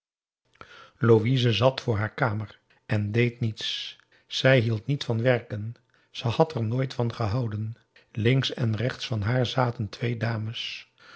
louise zat voor haar kamer en deed niets zij hield niet van werken ze had er nooit van gehouden links en rechts van haar zaten twee dames